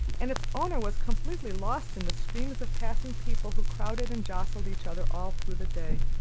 and its owner was completely lost in the streams of passing people who crowded and jostled each other all through the day.